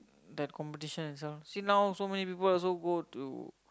that competition itself see now so many people also go to